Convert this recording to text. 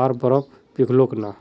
आर बर्फ पिघलोक ना